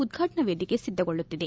ಉದ್ರಾಟನಾ ವೇದಿಕೆ ಸಿದ್ದಗೊಳ್ಳುತ್ತಿದೆ